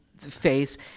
face